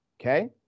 okay